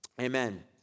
Amen